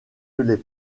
les